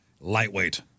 lightweight